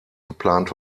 geplant